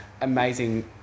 amazing